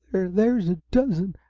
there's a dozen,